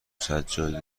سجاده